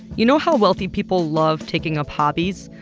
you know how wealthy people love taking up hobbies?